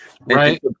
right